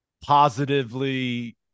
positively